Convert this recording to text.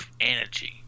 energy